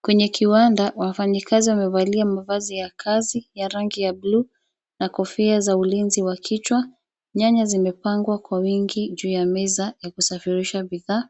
Kwenye kiwanda wafanyikazi wamevalia mavazi ya kazi ya rangi ya bluu na kofia za ulinzi wa kichwa. Nyanya zimepangwa kwa wingi juu ya meza ya kusafirisha bidhaa.